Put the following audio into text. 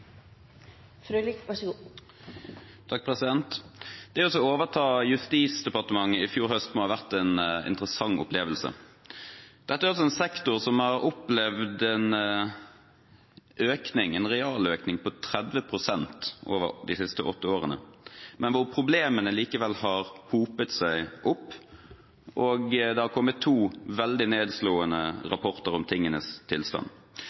en sektor som har opplevd en realøkning på 30 pst. over de siste åtte årene, men hvor problemene likevel har hopet seg opp, og det har kommet to veldig nedslående rapporter om tingenes tilstand.